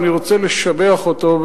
ואני רוצה לשבח אותו,